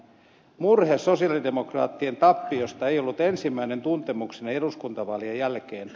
murhe sosialidemokraattien tappiosta ei ollut ensimmäinen tuntemukseni eduskuntavaalien jälkeen